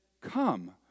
come